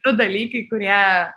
du dalykai kurie